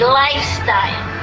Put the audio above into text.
lifestyle